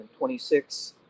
26